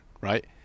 right